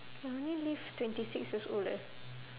I only live twenty six years old leh